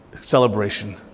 celebration